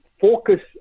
focus